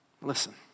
Listen